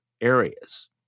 areas